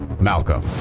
Malcolm